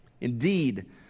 Indeed